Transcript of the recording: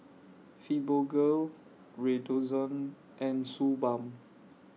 Fibogel Redoxon and Suu Balm